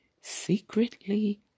secretly